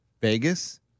Vegas